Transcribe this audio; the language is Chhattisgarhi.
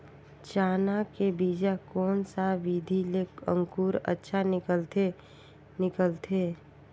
चाना के बीजा कोन सा विधि ले अंकुर अच्छा निकलथे निकलथे